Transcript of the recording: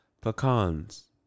pecans